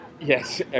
Yes